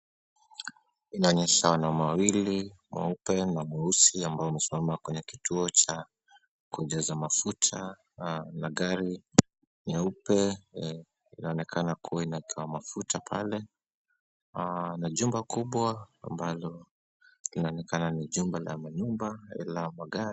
Inaonyesha wanaume wawili, mweupe na mweusi ambao wamesimama kwenye kituo cha kujaza mafuta na gari nyeupe linaonekana kuwa inaekewa mafuta pale na jumba kubwa ambalo linaonekana ni jumba la manyumba la magari.